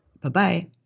Bye-bye